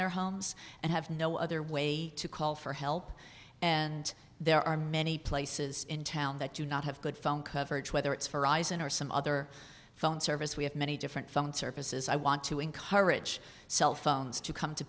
their homes and have no other way to call for help and there are many places in town that do not have good phone coverage whether it's for aizen or some other phone service we have many different phone services i want to encourage cell phones to come to